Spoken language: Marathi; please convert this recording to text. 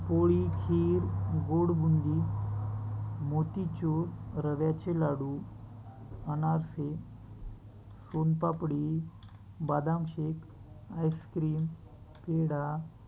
पोळी खीर गोड बुंदी मोतीचूर रव्याचे लाडू अनारसे सोनपापडी बादाम शेक आईस्क्रीम पेढा